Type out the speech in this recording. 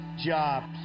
jobs